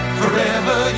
forever